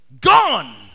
gone